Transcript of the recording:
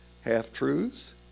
half-truths